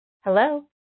Hello